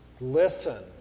Listen